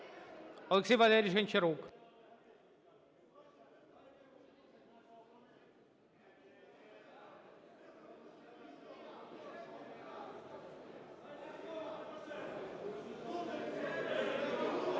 Олексій Валерійович Гончарук.